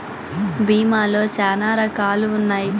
భీమా లో శ్యానా రకాలు ఉన్నాయి